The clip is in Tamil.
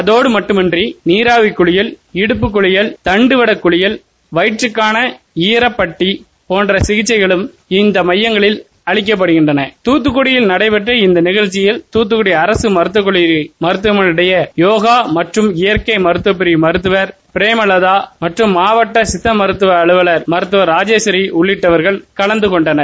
அரோடு மட்டுமின்றி நீநாவி குளியல் இருப்பு குளியல் தண்டு வடகுளியல் வயிற்றுக்கான சாபடப்டி போன்ற சிகிச்சைகளும் அளிக்கப்படுகிறது தூத்துக்குடியில் நடைபெற்ற நிகழ்ச்சியில் தூத்துக்குடி அரசு மருத்துவக் கல்லரி மருத்துவமனை போகா மற்றும் இயற்கை மருத்துவ பிரிவு மருத்துவர் பிரோமலதா மாவட்ட சித்தா மருத்துவ அலுவலர் மருத்துவர் ராஜேஸ்வரி உள்ளிட்டவர்கள் கலந்தகொண்டனர்